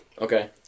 Okay